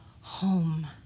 home